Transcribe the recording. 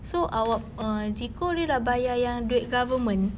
so awak err zeko dia sudah bayar yang duit government